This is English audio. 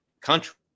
country